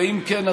ואם כן,